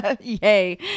Yay